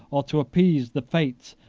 or to appease, the fates,